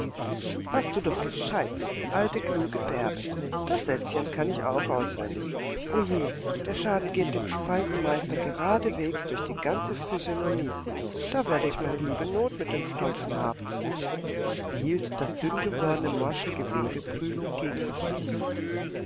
was du doch gescheit bist alte kluge bärbe das sätzchen kann ich auch auswendig o je der schaden geht dem speisemeister geradeswegs durch die ganze physiognomie da werde ich meine liebe not mit dem stopfen haben sie hielt das dünngewordene morsche gewebe prüfend gegen das licht